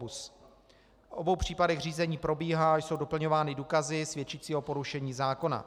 V obou případech řízení probíhá, jsou doplňovány důkazy svědčící o porušení zákona.